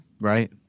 Right